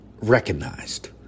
recognized